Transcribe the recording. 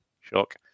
Shock